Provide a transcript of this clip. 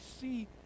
see